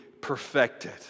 perfected